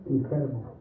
Incredible